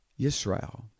Yisrael